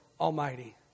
Almighty